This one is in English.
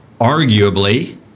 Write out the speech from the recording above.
arguably